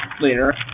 later